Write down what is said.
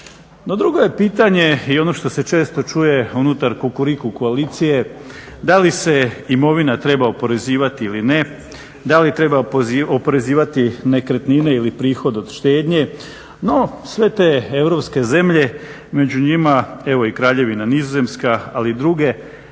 drugo je pitanje i ono što se često čuje unutar Kukuriku koalicije da li se imovina treba oporezivati ili ne, da li treba oporezivati nekretnine ili prihod od štednje no sve te europske zemlje, među njima evo i Kraljevina Nizozemska ali i druge